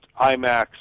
IMAX